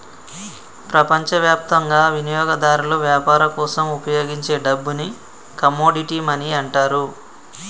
ప్రపంచవ్యాప్తంగా వినియోగదారులు వ్యాపారం కోసం ఉపయోగించే డబ్బుని కమోడిటీ మనీ అంటారు